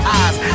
eyes